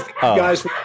Guys